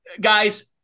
guys